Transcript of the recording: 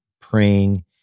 praying